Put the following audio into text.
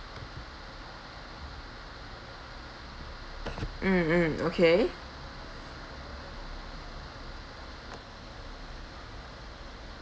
mm mm okay